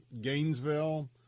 Gainesville